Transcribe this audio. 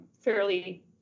fairly